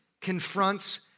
confronts